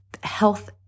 health